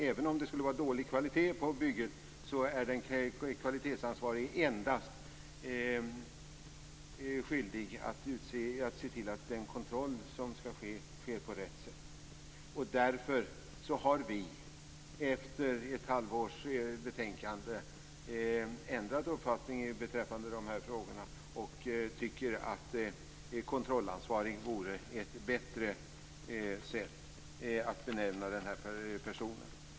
Även om det skulle vara dålig kvalitet på bygget är den kvalitetsansvarige endast skyldig att se till att den kontroll som skall ske sker på rätt sätt. Därför har vi, efter ett halvårs betänketid, ändrat uppfattning i de här frågorna och tycker att kontrollansvarig vore en bättre benämning på den här personen.